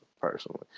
personally